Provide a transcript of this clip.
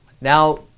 Now